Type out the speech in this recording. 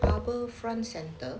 harbour front centre